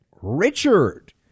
Richard